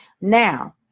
now